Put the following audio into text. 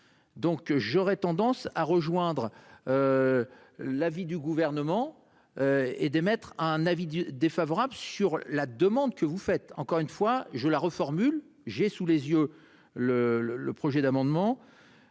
Donc j'aurais tendance à rejoindre. L'avis du gouvernement. Et d'émettre un avis défavorable sur la demande que vous faites encore une fois je la reformule j'ai sous les yeux le, le, le projet d'amendement